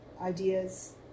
ideas